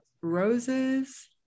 roses